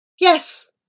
Yes